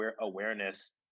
awareness